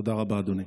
תודה רבה, אדוני.